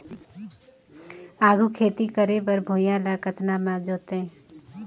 आघु खेती करे बर भुइयां ल कतना म जोतेयं?